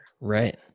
Right